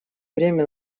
время